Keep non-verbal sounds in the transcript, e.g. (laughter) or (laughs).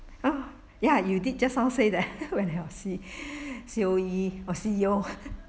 ah ya you did just now say that (laughs) when your C C_O_E or C_E_O